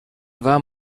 van